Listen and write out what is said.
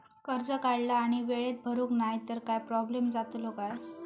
कर्ज काढला आणि वेळेत भरुक नाय तर काय प्रोब्लेम जातलो काय?